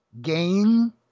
gain